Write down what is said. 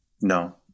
No